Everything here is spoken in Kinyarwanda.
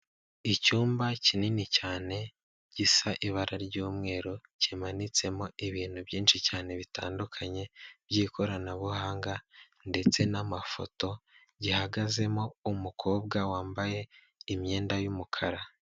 Icyumba kinini cyane gisa ibara ry'umweru, kimanitsemo ibintu byinshi cyane bitandukanye by'ikoranabuhanga ndetse n'amafoto. Gihagazemo umukobwa wambaye imyenda y'umukara.